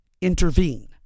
intervene